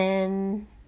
and